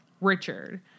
richard